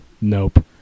Nope